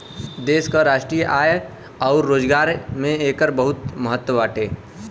देश के राष्ट्रीय आय अउर रोजगार में एकर बहुते महत्व बाटे